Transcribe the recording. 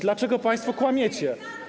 Dlaczego państwo kłamiecie?